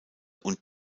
und